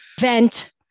vent